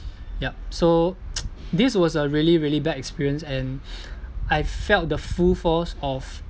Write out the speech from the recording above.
yup so this was a really really bad experience and I felt the full force of